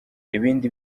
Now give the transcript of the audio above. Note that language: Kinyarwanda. ibindi